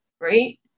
Right